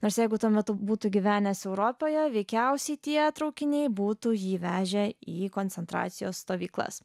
nors jeigu tuo metu būtų gyvenęs europoje veikiausiai tie traukiniai būtų jį vežę į koncentracijos stovyklas